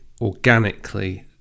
organically